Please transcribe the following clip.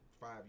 five